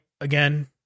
again